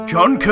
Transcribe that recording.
John